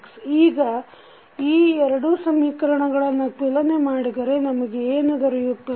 ಈಗ ಈ ಎರಡೂ ಸಮೀಕರಣಗಳನ್ನು ತುಲನೆ ಮಾಡಿದರೆ ನಮಗೆ ಏನು ದೊರೆಯುತ್ತದೆ